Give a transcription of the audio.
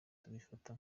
tubifata